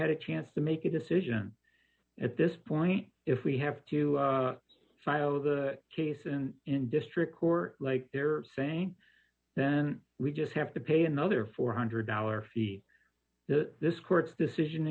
had a chance to make a decision at this point if we have to file the case and in district court like they're saying then we just have to pay another four hundred dollars fee that this court's decision